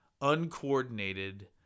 uncoordinated